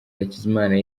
hakizimana